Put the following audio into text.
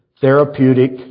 therapeutic